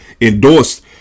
endorsed